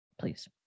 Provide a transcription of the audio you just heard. Please